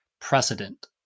precedent